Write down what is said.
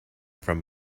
from